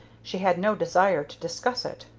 she had no desire to discuss it.